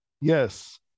Yes